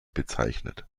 bezeichnet